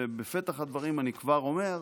ובפתח הדברים, אני כבר אומר: